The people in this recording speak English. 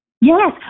Yes